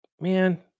man